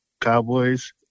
cowboys